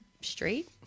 straight